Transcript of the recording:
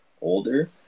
older